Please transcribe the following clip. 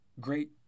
great